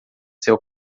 seu